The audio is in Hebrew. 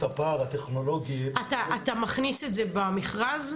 הפער הטכנולוגי --- אתה מכניס את זה במכרז?